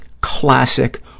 classic